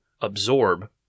absorb